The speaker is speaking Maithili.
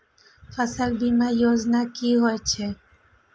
फसल बीमा योजना कि होए छै?